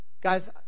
Guys